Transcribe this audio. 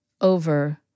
over